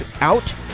out